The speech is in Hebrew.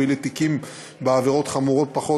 ואילו תיקים בעבירות חמורות פחות,